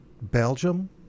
Belgium